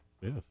Yes